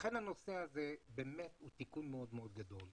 לכן הנושא הזה באמת הוא תיקון מאוד מאוד גדול,